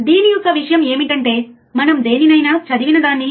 కాబట్టి input offset voltage అంటే ఏమిటో చూద్దాం